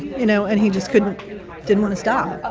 you know, and he just couldn't didn't want to stop